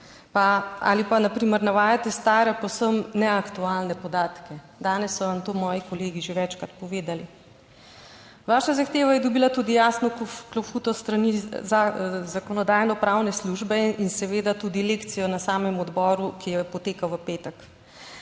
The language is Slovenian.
ali pa na primer navajate stare, povsem neaktualne podatke. Danes so vam to moji kolegi že večkrat povedali. Vaša zahteva je dobila tudi jasno klofuto s strani Zakonodajno-pravne službe in seveda tudi lekcijo na samem odboru, ki je potekal v petek.